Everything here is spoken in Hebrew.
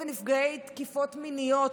נפגעים, נפגעי תקיפות מיניות.